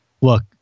look